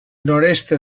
noreste